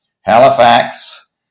halifax